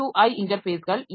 ஐ இன்டர்ஃபேஸ்கள் இவை